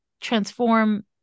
transform